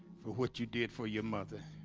for what you did for your mother.